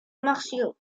martiaux